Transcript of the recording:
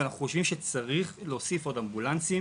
ואנחנו חושבים שצריך להוסיף עוד אמבולנסים